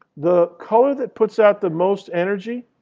the color that puts out the most energy